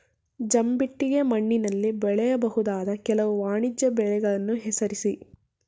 ಜಂಬಿಟ್ಟಿಗೆ ಮಣ್ಣಿನಲ್ಲಿ ಬೆಳೆಯಬಹುದಾದ ಕೆಲವು ವಾಣಿಜ್ಯ ಬೆಳೆಗಳನ್ನು ಹೆಸರಿಸಿ?